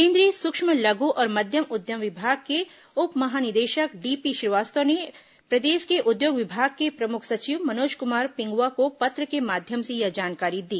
केंद्रीय सूक्ष्म लघु और मध्यम उद्यम विभाग के उप महानिदेशक डीपी श्रीवास्तव ने प्रदेश के उद्योग विभाग के प्रमुख सचिव मनोज क्मार पिंगुवा को पत्र के माध्यम से यह जानकारी दी